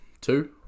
two